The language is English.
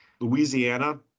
Louisiana